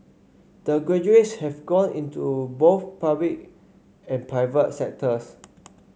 the graduates have gone into both public and private sectors